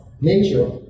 nature